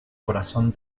corazón